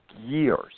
years